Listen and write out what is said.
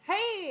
Hey